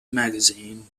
magazine